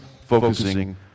focusing